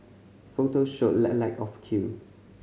photos showed a lack of queue